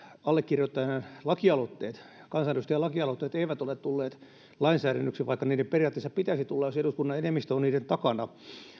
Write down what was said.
allekirjoittajan lakialoitteet kansanedustajan lakialoitteet eivät ole tulleet lainsäädännöksi vaikka niiden periaatteessa pitäisi tulla jos eduskunnan enemmistö on niiden takana